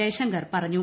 ജയശങ്കർ പറഞ്ഞു